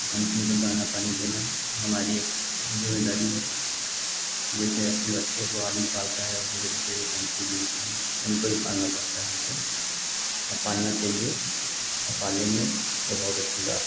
तो पक्षियों को दाना पानी देना हमारी एक ज़िम्मेदारी है जैसे अपने बच्चों को आदमी पालता है उसी तरीके यह पक्षी भी होते हैं उनको भी पालना पड़ता है हमको और पालना चाहिए और पालेंगे तो बहुत अच्छी बात है